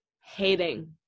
hating